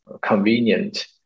convenient